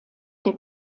der